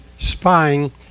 spying